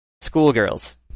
schoolgirls